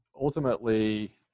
ultimately